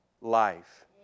life